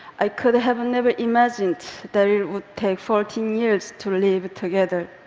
i could have and never imagined that it would take fourteen years to live together.